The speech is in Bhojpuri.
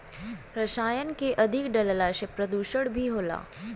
रसायन के अधिक डलला से प्रदुषण भी होला